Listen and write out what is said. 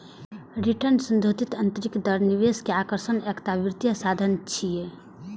रिटर्नक संशोधित आंतरिक दर निवेश के आकर्षणक एकटा वित्तीय साधन छियै